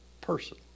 person